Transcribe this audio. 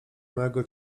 mego